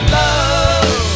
love